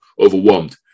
overwhelmed